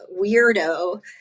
weirdo